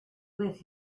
with